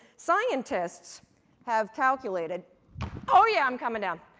scientists have calculated oh yeah, i'm coming down!